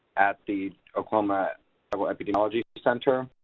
at the oklahoma tribal epidemiology center.